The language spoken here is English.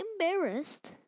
embarrassed